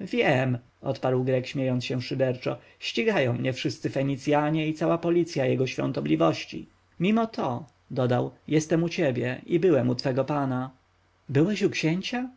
wiem odparł grek śmiejąc się szyderczo ścigają mnie wszyscy fenicjanie i cała policja jego świątobliwości mimo to dodał jestem u ciebie i byłem u twego pana byłeś u księcia